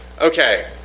Okay